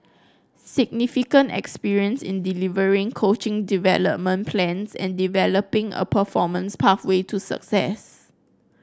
significant experience in delivering coaching development plans and developing a performance pathway to success